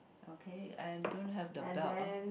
okay I don't have the belt ah